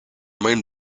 mind